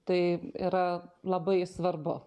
tai yra labai svarbu